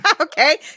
Okay